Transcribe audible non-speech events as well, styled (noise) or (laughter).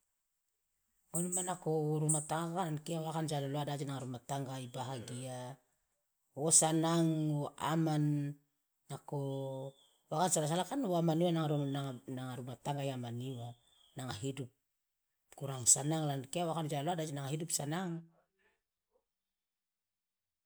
(noise) ona menako rumah tangga kan kia wakana ja loloa de aje nanga rumah tangga ibahagia wo sanang wo aman nako (noise) wo akana sala sala kan wo aman uwa nanga (hesitation) rumah tangga iaman uwa nanga hidup kurang sanang (noise) la an kia wakana jaloloa de aje nanga hidup isanang. (noise)